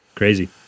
crazy